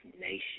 nation